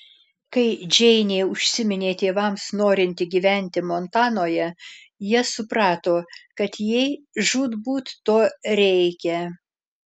kai džeinė užsiminė tėvams norinti gyventi montanoje jie suprato kad jai žūtbūt to reikia